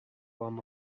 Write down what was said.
form